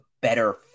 better